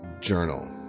journal